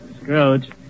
Scrooge